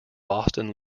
boston